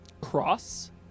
Cross